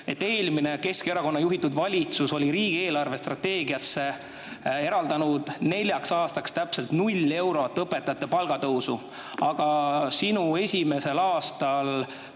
et eelmine, Keskerakonna juhitud valitsus oli riigi eelarvestrateegiasse eraldanud neljaks aastaks täpselt null eurot õpetajate palgatõusu, aga sinu esimesel aastal